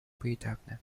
поэтапно